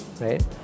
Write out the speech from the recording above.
right